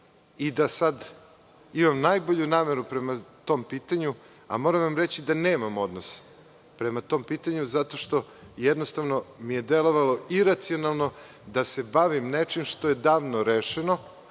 i da sad imam najbolju nameru prema tom pitanju, a moram vam reći da nemam odnos prema tom pitanju zato što jednostavno mi je delovalo iracionalno da se bavim nečem što je davno rešeno,